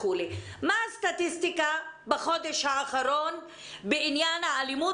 מה הסטטיסטיקה בחודש האחרון בעניין האלימות